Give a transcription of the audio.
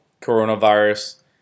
coronavirus